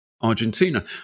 Argentina